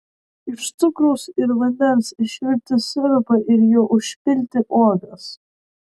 iš cukraus ir vandens išvirti sirupą ir juo užpilti uogas